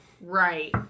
Right